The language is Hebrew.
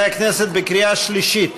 חברי הכנסת, בקריאה שלישית,